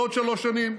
בעוד שלוש שנים.